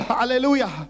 Hallelujah